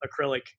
acrylic